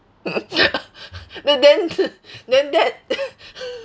then then then that